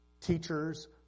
teachers